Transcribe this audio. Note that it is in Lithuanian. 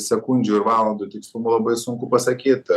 sekundžių ir valandų tikslumu labai sunku pasakyt